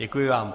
Děkuji vám.